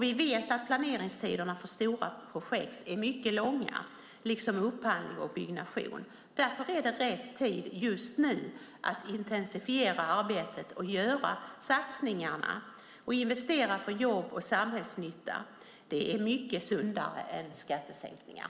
Vi vet att planeringstiderna för stora projekt är mycket långa, liksom upphandling och byggnation. Därför är det rätt tid att nu intensifiera arbetet och göra satsningarna. Att investera för jobb och samhällsnytta är mycket sundare än skattesänkningar.